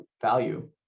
value